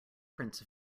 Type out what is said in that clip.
prince